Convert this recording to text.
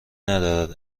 ندارد